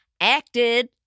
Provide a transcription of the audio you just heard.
acted